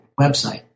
website